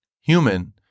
human